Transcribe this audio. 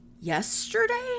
yesterday